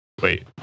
wait